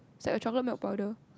it's like chocolate milk powder